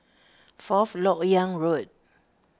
Fourth Lok Yang Road